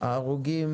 ההרוגים